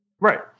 Right